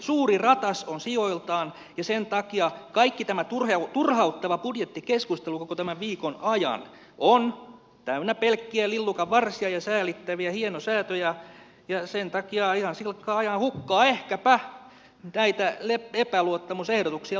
suuri ratas on sijoiltaan ja sen takia kaikki tämä turhauttava budjettikeskustelu koko tämän viikon ajan on täynnä pelkkiä lillukanvarsia ja säälittäviä hienosäätöjä ja sen takia ihan silkkaa ajanhukkaa ehkäpä näitä epäluottamusehdotuksia lukuun ottamatta